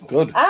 Good